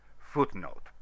Footnote